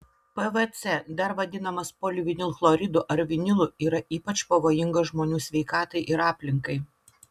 pvc dar vadinamas polivinilchloridu ar vinilu yra ypač pavojingas žmonių sveikatai ir aplinkai